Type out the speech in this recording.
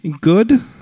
good